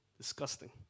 disgusting